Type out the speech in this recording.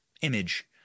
image